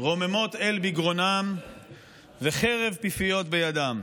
"רוממות אל בגרונם וחרב פיפיות בידם".